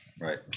Right